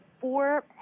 four